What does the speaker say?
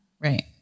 Right